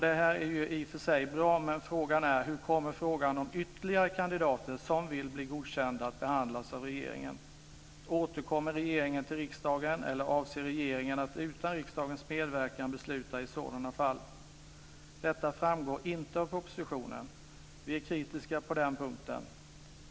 Detta är i och för sig bra, men frågan är hur frågan om ytterligare kandidater som vill bli godkända kommer att behandlas regeringen. Återkommer regeringen till riksdagen eller avser regeringen att utan riksdagens medverkan besluta i sådana fall? Detta framgår inte av propositionen. Vi är kritiska på den punkten.